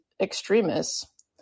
extremists